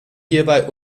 hierbei